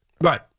Right